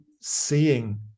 seeing